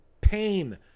pain